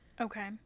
Okay